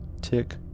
tick